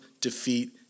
defeat